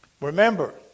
Remember